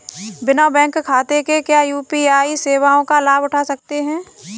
बिना बैंक खाते के क्या यू.पी.आई सेवाओं का लाभ उठा सकते हैं?